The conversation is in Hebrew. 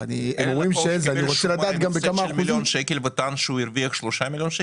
אדם קיבל שומה להפסד של מיליון וטען שהוא הרוויח 3 מיליון,